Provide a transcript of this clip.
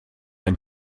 ein